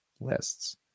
lists